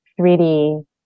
3D